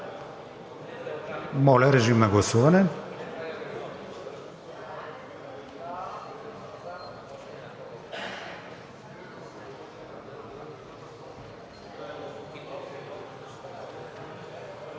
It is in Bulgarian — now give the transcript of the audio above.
сме в режим на гласуване.